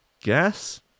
guess